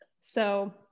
So-